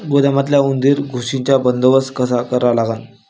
गोदामातल्या उंदीर, घुशीचा बंदोबस्त कसा करा लागन?